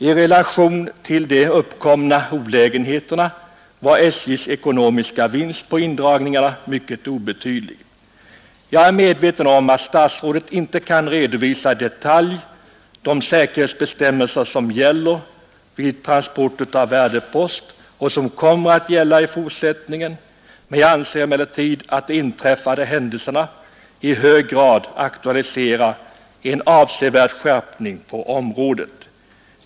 I relation till de uppkomna olägenheterna var SJ:s ekonomiska vinst på indragningarna mycket obetydlig. Jag är medveten om att statsrådet inte kan redovisa i detalj de säkerhetsbestämmelser som gäller vid transporter av värdepost och som kommer att gälla i fortsättningen. Jag anser emellertid att de inträffade händelserna i hög grad aktualiserar en avsevärd skärpning på området.